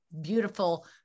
beautiful